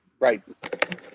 right